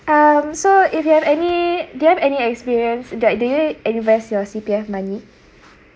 um so if you have any do you have any experience that do you invest your C_P_F money